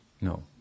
No